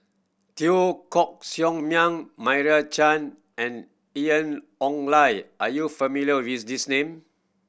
Teo Koh Sock Miang Meira Chand and Ian Ong Li are you not familiar with these names